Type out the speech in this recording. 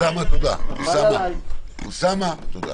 אוסאמה, תודה.